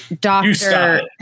doctor